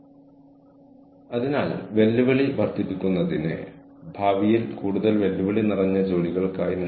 ഇത് സുഗമമാക്കുന്നതിനും ഇത് മികച്ചതാക്കുന്നതിനും അതൊരു വലിയ ഉത്തേജനമാണ്